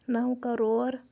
نَو کَرور